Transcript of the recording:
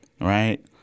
right